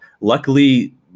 luckily